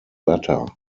latter